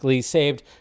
saved